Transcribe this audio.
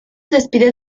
despide